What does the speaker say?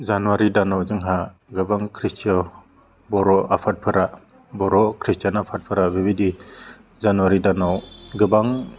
जानुवारि दानाव जोंहा गोबां ख्रिस्ट' बर' आफादफोरा बर' ख्रिष्टियान आफादफोरा बेबायदि जानुवारि दानाव गोबां